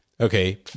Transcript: Okay